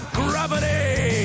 gravity